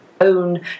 own